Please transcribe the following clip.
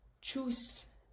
choose